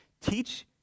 Teach